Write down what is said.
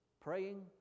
Praying